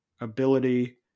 ability